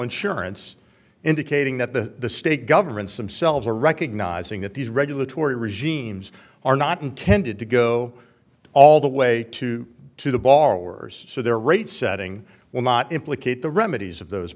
insurance indicating that the state governments themselves are recognizing that these regulatory regimes are not intended to go all the way to to the borrowers so their rate setting will not implicate the remedies of those